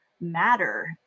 matter